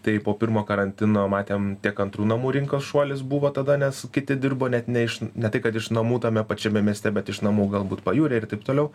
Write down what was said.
tai po pirmo karantino matėm tiek antrų namų rinkos šuolis buvo tada nes kiti dirbo net ne iš ne tai kad iš namų tame pačiame mieste bet iš namų galbūt pajūry ir taip toliau